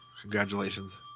Congratulations